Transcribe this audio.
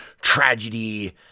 tragedy